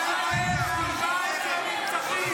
--- 214 נרצחים.